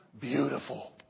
beautiful